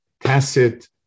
tacit